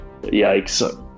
Yikes